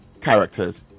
characters